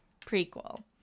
prequel